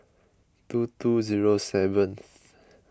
two two zero seventh